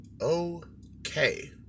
Okay